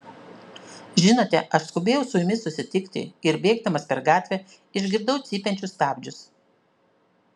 žinote aš skubėjau su jumis susitikti ir bėgdamas per gatvę išgirdau cypiančius stabdžius